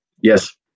Yes